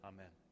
Amen